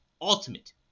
ultimate